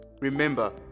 Remember